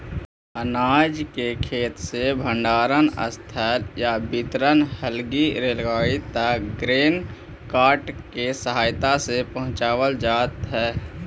अनाज के खेत से भण्डारणस्थल या वितरण हलगी रेलगाड़ी तक ग्रेन कार्ट के सहायता से पहुँचावल जा हई